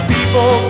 People